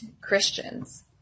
Christians